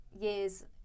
years